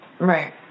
right